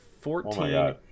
fourteen